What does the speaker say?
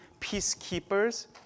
peacekeepers